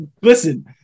Listen